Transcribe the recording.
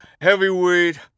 heavyweight